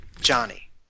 Johnny